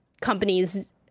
companies